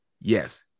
Yes